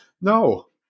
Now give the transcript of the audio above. No